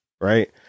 right